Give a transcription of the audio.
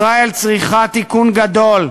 ישראל צריכה תיקון גדול,